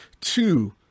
Two